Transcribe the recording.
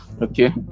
okay